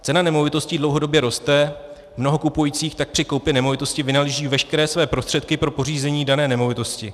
Cena nemovitostí dlouhodobě roste, mnoho kupujících tak při koupi nemovitosti vynaloží veškeré své prostředky pro pořízení dané nemovitosti.